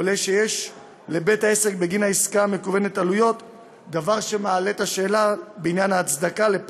עולה שיש לבית העסק עלויות בגין העסקה המקוונת,